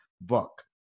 book